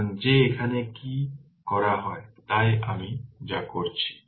সুতরাং যে এখানে কি করা হয় তাই আমি যা করেছি